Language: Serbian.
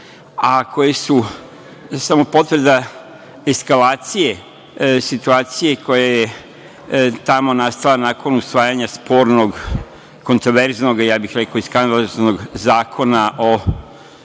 a koje su samo potvrda eskalacije situacije koja je tamo nastala nakon usvajanja spornog, kontraverznog i skandaloznog zakona o